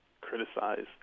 criticize